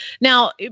Now